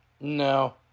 No